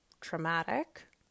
Traumatic